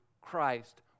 Christ